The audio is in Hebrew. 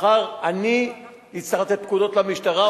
מחר אני אצטרך לתת פקודות למשטרה,